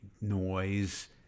noise